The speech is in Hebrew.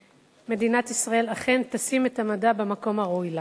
ומדינת ישראל אכן תשים את המדע במקום הראוי לו.